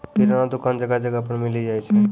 किराना दुकान जगह जगह पर मिली जाय छै